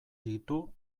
ditu